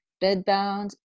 bed-bound